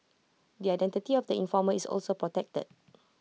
the identity of the informer is also protected